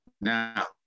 Now